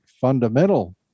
fundamental